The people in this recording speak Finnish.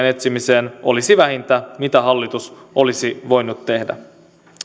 etsimiseen olisi vähintä mitä hallitus olisi voinut tehdä